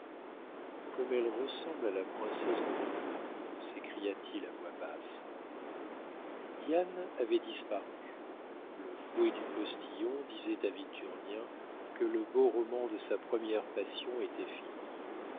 comme elle ressemble à la princesse goritza s'écria-t-il à voix basse diane avait disparu le fouet du postillon disait à victurnien que le beau roman de sa première passion était fini